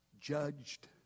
judged